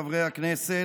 חברי הכנסת,